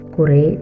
Kure